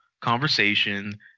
conversation